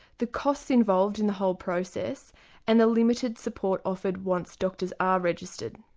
the cost involved in the whole process and the limited support offered once doctors are registered.